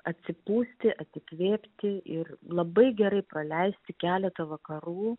atsipūsti atsikvėpti ir labai gerai praleisti keletą vakarų